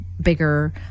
bigger